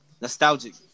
nostalgic